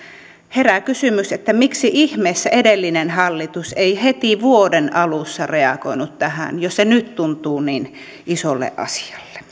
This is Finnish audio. herää kysymys miksi ihmeessä edellinen hallitus ei heti vuoden alussa reagoinut tähän jos se nyt tuntuu niin isolta asialta